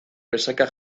presaka